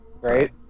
Right